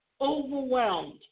overwhelmed